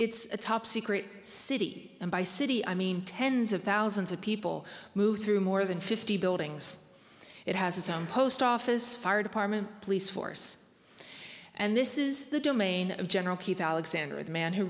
it's a top secret city by city i mean tens of thousands of people move through more than fifty buildings it has its own post office fire department police force and this is the domain of general keith alexander the man who